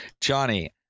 Johnny